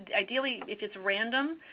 ideally, if it's random,